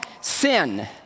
Sin